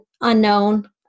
unknown